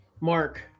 Mark